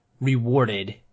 rewarded